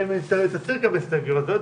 הסתייגות לסעיף 10ב' וסעיף 73 3(2)